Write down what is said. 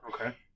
okay